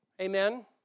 amen